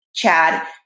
Chad